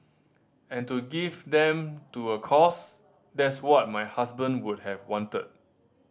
and to give them to a cause that's what my husband would have wanted